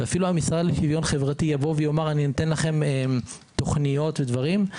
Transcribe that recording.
ואפילו המשרד לשוויון חברתי יאמר שייתן להם תכניות ודברים,